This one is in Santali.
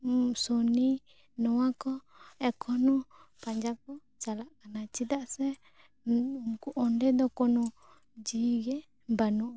ᱥᱩᱱᱤ ᱱᱚᱣᱟ ᱠᱚ ᱮᱠᱷᱳᱱᱳ ᱯᱟᱸᱡᱟ ᱠᱚ ᱪᱟᱞᱟᱜ ᱠᱟᱱᱟ ᱪᱮᱫᱟᱜ ᱥᱮ ᱩᱱᱠᱩ ᱚᱸᱰᱮ ᱫᱚ ᱠᱚᱱᱚ ᱡᱤᱣᱤᱜᱮ ᱵᱟᱹᱱᱩᱜᱼᱟ